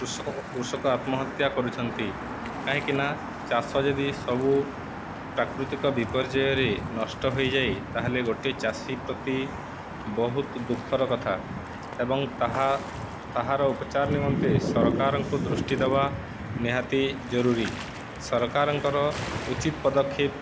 କୃଷ କୃଷକ ଆତ୍ମହତ୍ୟା କରୁଛନ୍ତି କାହିଁକିନା ଚାଷ ଯଦି ସବୁ ପ୍ରାକୃତିକ ବିପର୍ଯୟରେ ନଷ୍ଟ ହୋଇଯାଏ ତାହେଲେ ଗୋଟେ ଚାଷୀ ପ୍ରତି ବହୁତ ଦୁଃଖର କଥା ଏବଂ ତାହା ତାହାର ଉପଚାର ନିମନ୍ତେ ସରକାରଙ୍କୁ ଦୃଷ୍ଟି ଦେବା ନିହାତି ଜରୁରୀ ସରକାରଙ୍କର ଉଚିତ୍ ପଦକ୍ଷେପ